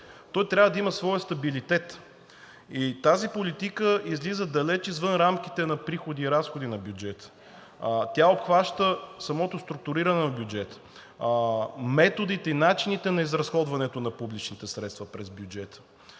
Той трябва да има своя стабилитет. Тази политика излиза далеч извън рамките на приходите и разходите на бюджета. Тя обхваща самото структуриране на бюджета, методите и начините на изразходването на публичните средства през бюджета.